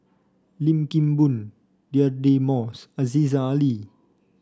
Lim Kim Boon Deirdre Moss Aziza Ali